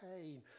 pain